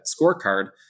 scorecard